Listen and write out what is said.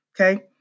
Okay